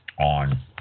On